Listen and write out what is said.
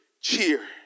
cheer